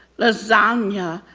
lasagna,